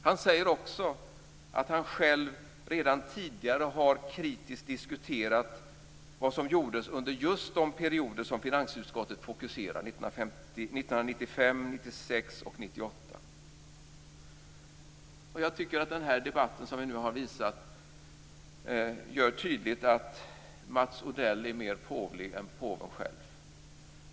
Han säger också att han själv redan tidigare har kritiskt diskuterat vad som gjordes under just de perioder som finansutskottet fokuserar, 1995, 1996 och 1998. Jag tycker att den här debatten gör tydligt att Mats Odell är mer påvlig än påven själv.